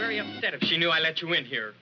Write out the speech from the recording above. very upset if she knew i let you in here